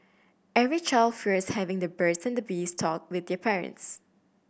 every child fears having the birds and the bees talk with their parents